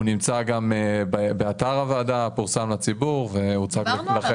הוא נמצא גם באתר הוועדה, פורסם לציבור והוצג לכם.